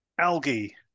Algae